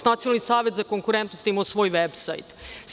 Nacionalni savet za konkurentnost je imao svoj veb sajt.